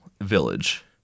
village